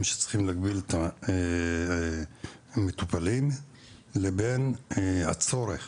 שצריכים להגביל את המטופלים לבין הצורך